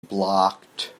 blocked